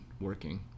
working